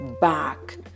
back